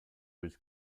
was